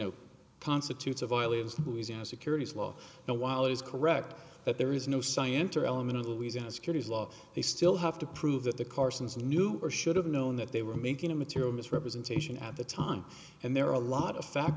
know constitutes a violations louisiana securities law so while it is correct that there is no scienter element of louisiana securities law they still have to prove that the carson's knew or should have known that they were making a material misrepresentation at the time and there are a lot of fat